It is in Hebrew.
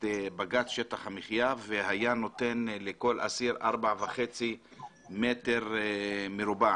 בג"צ שטח המחיה והיה נותן לכל אסיר 4.5 מטר מרובע,